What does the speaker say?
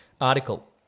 article